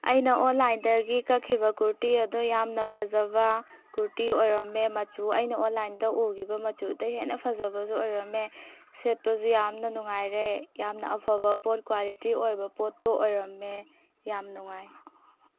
ꯑꯩꯅ ꯑꯣꯟꯂꯥꯏꯟꯗꯒꯤ ꯀꯛꯈꯤꯕ ꯀꯨꯔꯇꯤ ꯑꯗꯣ ꯌꯥꯝꯅ ꯐꯖꯕ ꯀꯨꯔꯇꯤ ꯑꯣꯏꯔꯝꯃꯦ ꯃꯆꯨ ꯑꯩꯅ ꯑꯣꯟꯂꯥꯏꯟꯗ ꯎꯒꯤꯕ ꯃꯆꯨꯗꯒꯤ ꯍꯦꯟꯅ ꯐꯖꯕꯁꯨ ꯑꯣꯏꯔꯝꯃꯦ ꯁꯦꯠꯄꯁꯨ ꯌꯥꯝꯅ ꯅꯨꯉꯥꯏꯔꯦ ꯌꯥꯝꯅ ꯑꯐꯕ ꯄꯣꯠ ꯀ꯭ꯋꯥꯂꯤꯇꯤ ꯑꯣꯏꯕ ꯄꯣꯠꯇꯣ ꯑꯣꯏꯔꯝꯃꯦ ꯌꯥꯝ ꯅꯨꯉꯥꯏ